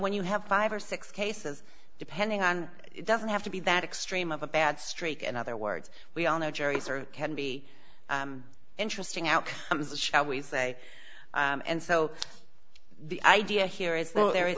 when you have five or six cases depending on it doesn't have to be that extreme of a bad streak in other words we all know juries are can be interesting outcomes shall we say and so the idea here is that there is